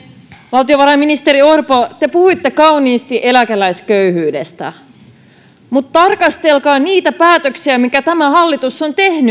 valtiovarainministeri orpo te puhuitte kauniisti eläkeläisköyhyydestä mutta tarkastelkaa niitä päätöksiä mitä tämä hallitus on tehnyt